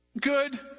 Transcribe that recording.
good